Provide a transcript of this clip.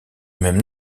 même